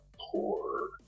poor